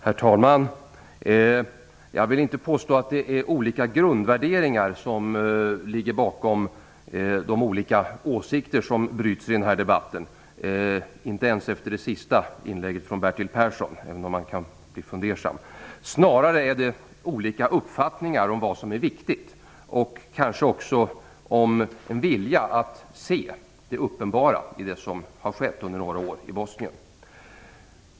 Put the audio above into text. Herr talman! Jag vill inte påstå att olika grundvärderingar ligger bakom de olika åsikter som finns i den här debatten, inte ens efter Bertil Perssons sista inlägg, även om man kan bli fundersam. Snarare handlar det om olika uppfattningar om vad som är viktigt. Kanske handlar det också om en vilja att se det uppenbara i det som har skett under några år i Bosnien.